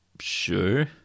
Sure